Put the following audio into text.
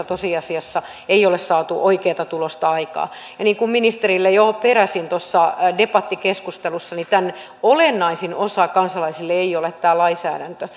tosiasiassa ei ole saatu oikeata tulosta aikaan niin kuin ministerille jo peräsin tuossa debattikeskustelussa niin tämän olennaisin osa kansalaisille ei ole tämä lainsäädäntö